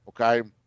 Okay